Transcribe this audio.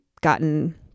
gotten